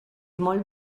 molt